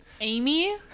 Amy